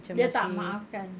dia tak maafkan